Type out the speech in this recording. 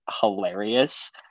hilarious